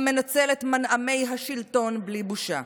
המנצל את מנעמי השלטון בלי בושה.